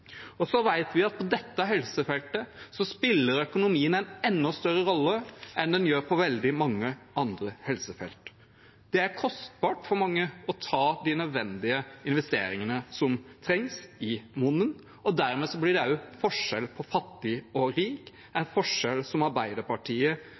av. Så vet vi at på dette helsefeltet spiller økonomien en enda større rolle enn den gjør på veldig mange andre helsefelt. Det er kostbart for mange å ta de nødvendige investeringene som trengs i munnen, og dermed blir det også forskjell på fattig og rik